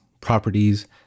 properties